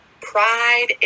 pride